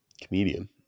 comedian